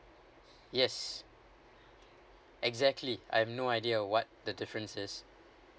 yes exactly I've no idea what the difference is